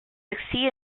succeed